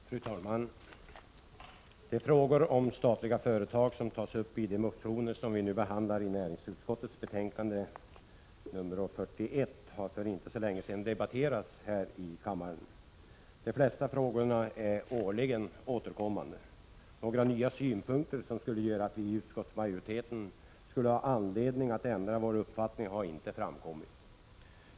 Fru talman! De frågor om statliga företag som tas upp i de motioner som behandlas i näringsutskottets betänkande nr 41 har för inte så länge sedan debatterats här i kammaren. De flesta frågorna är årligen återkommande. Några nya synpunkter som skulle göra att vi i utskottsmajoriteten skulle ha anledning att ändra vår uppfattning har inte framkommit.